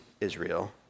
Israel